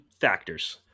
factors